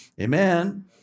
Amen